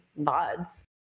VODs